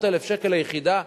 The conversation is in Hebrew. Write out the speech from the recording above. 400,000 שקלים ליחידה,